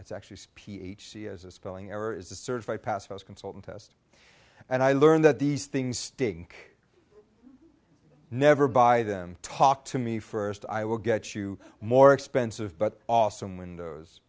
that's actually speech she has a spelling error is a certified pacifies consultant test and i learned that these things stink never buy them talk to me first i will get you more expensive but awesome windows